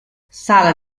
sala